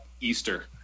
Easter